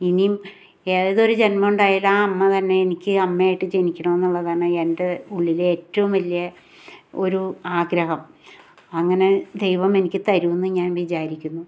ഇനീം ഏതൊരു ജന്മം ഉണ്ടായാലും ആ അമ്മ തന്നെ എനിക്ക് അമ്മ ആയിട്ട് ജനിക്കണം എന്നുള്ളതാണ് എൻ്റെ ഉള്ളിലെ ഏറ്റവും വലിയ ഒരു ആഗ്രഹം അങ്ങനെ ദൈവം എനിക്ക് തരുമെന്ന് ഞാൻ വിചാരിക്കുന്നു